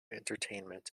entertainment